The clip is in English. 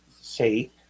say